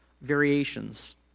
variations